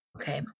Okay